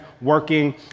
working